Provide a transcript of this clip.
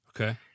Okay